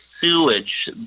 sewage